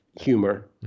humor